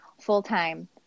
full-time